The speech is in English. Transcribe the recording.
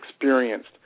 experienced